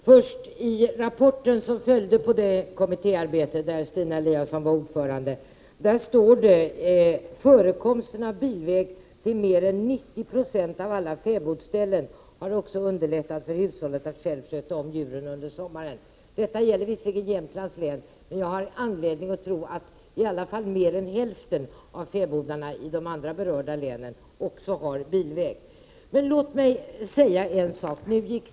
Herr talman! I början av den rapport som följde på det kommittéarbete för vilket Stina Eliasson var ordförande står det, att förekomsten av bilväg till mer än 90 96 av alla fäbodsställen har underlättat för hushållet att självt sköta om djuren under sommaren. Detta gäller visserligen Jämtlands län, men jag har anledning tro att i varje fall mer än hälften av fäbodarna i de andra berörda länen också har bilväg. Låt mig säga ytterligare en sak.